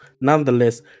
nonetheless